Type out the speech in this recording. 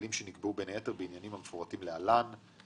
כללים שנקבעו בין היתר בעניינים המפורטים להלן: ...ג.